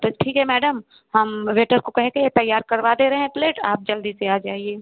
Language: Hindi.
तो ठीक है मैडम हम वेटर को कहे के तैयार करवा दे रहे हैं प्लेट आप जल्दी से आ जाइए